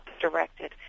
directed